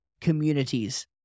communities